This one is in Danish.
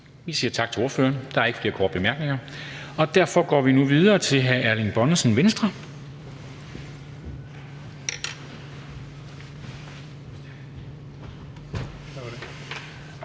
kan sige tak til ordføreren. Der er ikke flere korte bemærkninger, og derfor går vi nu videre til hr. Søren Egge